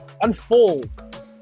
unfold